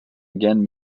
again